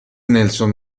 نلسون